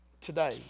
today